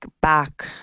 back